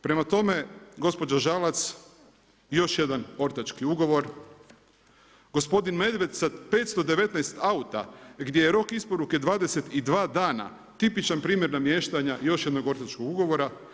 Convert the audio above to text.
Prema tome, gospođa Žalac i još jedan ortački ugovor, gospodin Medved sa 519 auta gdje je rok isporuke 22 dana, tipičan primjer namještanja i još jednog ortačkog ugovora.